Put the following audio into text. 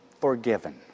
forgiven